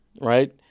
right